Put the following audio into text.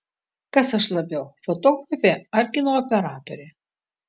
kas aš labiau fotografė ar kino operatorė